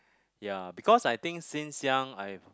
ya because I think since young I've